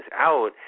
out